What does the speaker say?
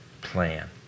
plan